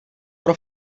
pro